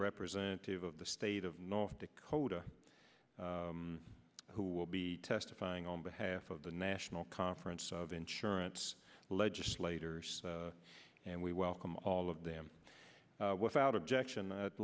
representative of the state of north dakota who will be testifying on behalf of the national conference of insurance legislators and we welcome all of them without objection i'd